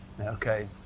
Okay